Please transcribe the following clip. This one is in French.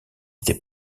été